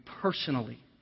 personally